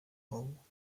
wall